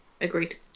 agreed